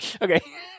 Okay